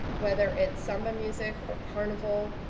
whether it's samba music, or carnival.